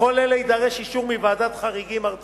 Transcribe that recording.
לכל אלה יידרש אישור מוועדת חריגים ארצית.